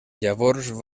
llavors